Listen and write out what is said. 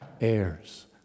heirs